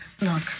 Look